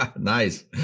Nice